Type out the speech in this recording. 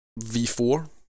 V4